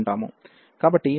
కాబట్టి మన gx11 x1 n